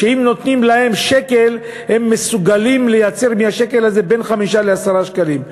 שאם נותנים להם שקל הם מסוגלים לייצר מהשקל הזה בין 5 ל-10 שקלים.